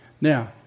Now